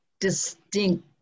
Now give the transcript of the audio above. distinct